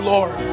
Lord